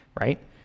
right